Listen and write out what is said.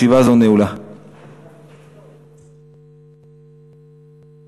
יסודות התקציב (תיקון מס' 43, הוראת